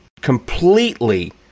completely